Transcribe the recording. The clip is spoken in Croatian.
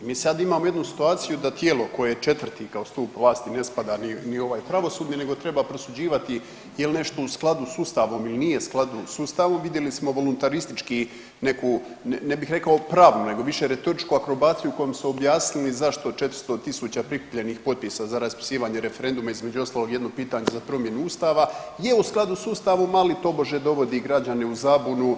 Mi sad imamo jednu situaciju da tijelo koje je 4. kao stup vlasti ne spada ni u ovaj pravosudni nego treba prosuđivati je li nešto u skladu s Ustavom ili nije u skladu s Ustavom, vidjeli smo voluntarističku neku, ne bih rekao pravnu nego više retoričku akrobaciju kojom su objasnili zašto 400 tisuća prikupljenih potpisa za raspisivanje referenduma, između ostalog, jedno pitanje za promjenu Ustava, je u skladu s Ustavom, ali tobože dovodi građane u zabunu